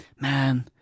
man